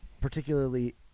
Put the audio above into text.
particularly